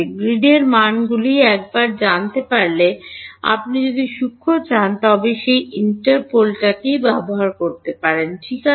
গ্রিডের মানগুলি একবার জানতে পারলে আপনি যদি সূক্ষ্ম চান তবে সেই ইন্টারপোলেট ঠিক আছে